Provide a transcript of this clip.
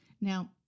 Now